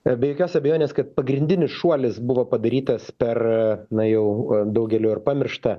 be jokios abejonės kad pagrindinis šuolis buvo padarytas per na jau daugelio ir pamiršta